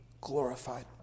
glorified